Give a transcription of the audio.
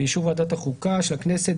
באישור ועדת החוקה של הכנסת,